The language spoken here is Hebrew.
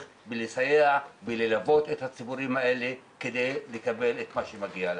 שמסייע ומלווה את הציבורים האלה כדי שיקבלו מה שמגיע להם.